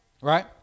Right